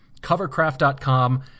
Covercraft.com